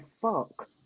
fuck